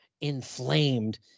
inflamed